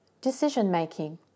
Decision-making